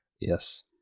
Yes